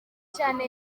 cyane